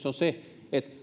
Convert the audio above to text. on se